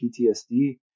PTSD